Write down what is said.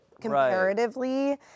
comparatively